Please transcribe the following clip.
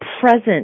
present